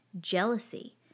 jealousy